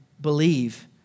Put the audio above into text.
believe